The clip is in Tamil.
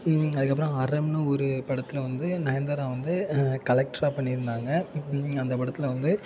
அதுக்கப்புறம் அறம்ன்னு ஒரு படத்தில் வந்து நயன்தாரா வந்து கலெக்ட்ராக பண்ணியிருந்தாங்க அந்த படத்தில் வந்து